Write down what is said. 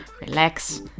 relax